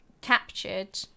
captured